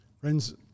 Friends